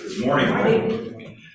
Morning